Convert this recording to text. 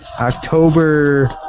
October